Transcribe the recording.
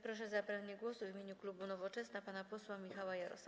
Proszę o zabranie głosu w imieniu klubu Nowoczesna pana posła Michała Jarosa.